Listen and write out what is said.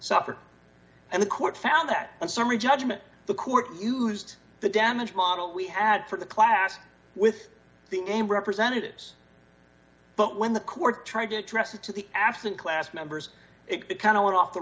suffered and the court found that in summary judgment the court used the damage model we had for the class with the name representatives but when the court trying to address it to the absent class members it kind of went off the